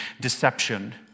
deception